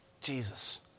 Jesus